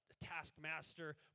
taskmaster